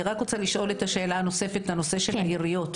אני רק רוצה לשאול את השאלה הנוספת לנושא העיריות.